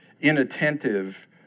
inattentive